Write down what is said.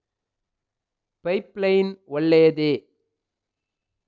Pipe line ಒಳ್ಳೆಯದೇ?